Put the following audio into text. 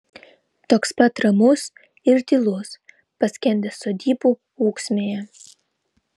toks pat ramus ir tylus paskendęs sodybų ūksmėje